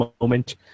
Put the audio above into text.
moment